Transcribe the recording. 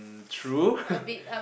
mm true